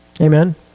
Amen